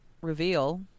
reveal